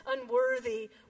unworthy